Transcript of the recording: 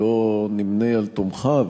לא נמנה על תומכיו,